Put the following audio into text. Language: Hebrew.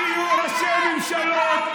ויהיו ראשי ממשלות.